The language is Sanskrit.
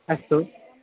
अस्तु